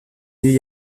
mieux